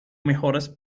mejores